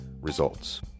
Results